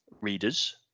readers